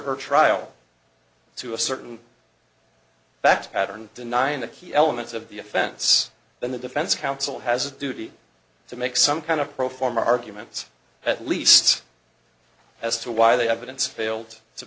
her trial to a certain that pattern denying the key elements of the offense then the defense counsel has a duty to make some kind of pro forma arguments at least as to why the evidence failed to